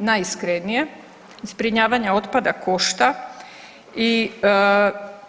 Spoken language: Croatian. Najiskrenije, zbrinjavanje otpada košta i